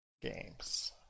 games